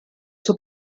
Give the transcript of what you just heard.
suo